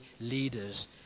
leaders